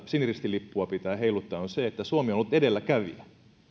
siniristilippua pitää heiluttaa on se että suomi on ollut edelläkävijä